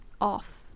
off